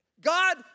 God